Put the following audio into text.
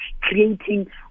creating